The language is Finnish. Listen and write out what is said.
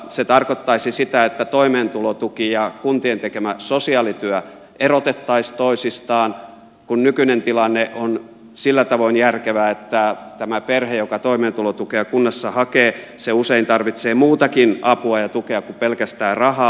se tarkoittaisi sitä että toimeentulotuki ja kuntien tekemä sosiaalityö erotettaisiin toisistaan kun nykyinen tilanne on sillä tavoin järkevä että tämä perhe joka toimeentulotukea kunnassa hakee usein tarvitsee muutakin apua ja tukea kuin pelkästään rahaa